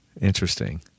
Interesting